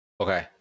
Okay